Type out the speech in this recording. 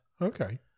Okay